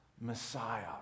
Messiah